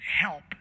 help